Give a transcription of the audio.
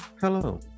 Hello